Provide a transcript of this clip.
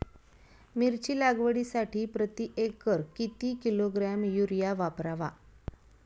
मिरची लागवडीसाठी प्रति एकर किती किलोग्रॅम युरिया वापरावा?